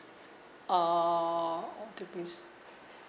uh two piece